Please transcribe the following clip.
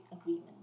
agreement